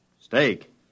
Steak